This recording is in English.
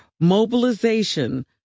mobilization